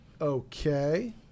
Okay